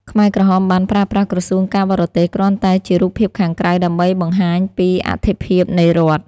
ខ្មែរក្រហមបានប្រើប្រាស់ «ក្រសួងការបរទេស» គ្រាន់តែជារូបភាពខាងក្រៅដើម្បីបង្ហាញពីអត្ថិភាពនៃរដ្ឋ។